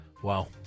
Wow